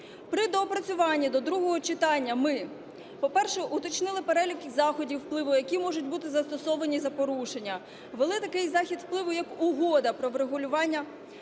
При доопрацюванні до другого читання ми, по-перше, уточнили перелік заходів впливу, які можуть бути застосовані за порушення; ввели такий захід впливу, як угода про врегулювання